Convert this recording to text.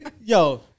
Yo